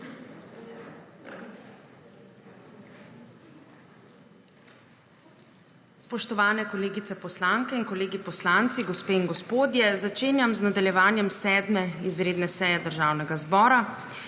Spoštovane kolegice poslanke in kolegi poslanci, gospe in gospodje! Začenjam nadaljevanje 7. izredne seje Državnega zbora.